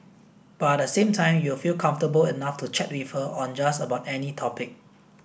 but at the same time you will feel comfortable enough to chat with her on just about any topic